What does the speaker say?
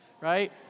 right